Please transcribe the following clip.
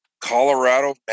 Colorado